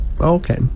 Okay